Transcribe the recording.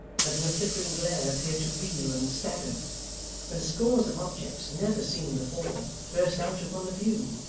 and in the flickering glare appeared to reel and stagger when scores of objects, never seen before, burst out upon the view,